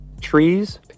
Trees